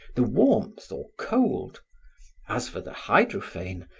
the warmth or cold as for the hydrophane,